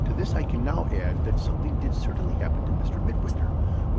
to this i can now add that something did certainly happen to mr. midwinter,